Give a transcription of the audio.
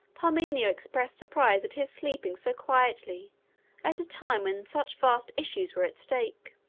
parmenio expressed surprise at his sleeping so quietly at a time when such vast issues were at stake.